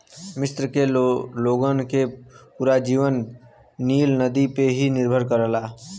मिस्र के लोगन के पूरा जीवन नील नदी पे ही निर्भर करेला